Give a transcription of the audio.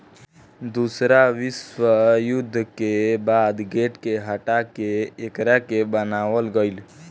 दूसरा विश्व युद्ध के बाद गेट के हटा के एकरा के बनावल गईल